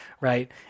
right